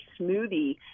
smoothie